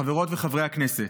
חברות וחברי הכנסת,